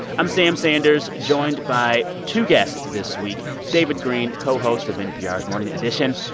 i'm sam sanders, joined by two guests this week, david greene, co-host of npr's morning edition,